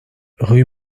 rue